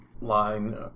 Line